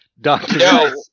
Doctor